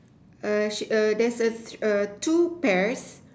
err she err there's a err two pears